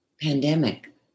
pandemic